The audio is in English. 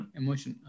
emotion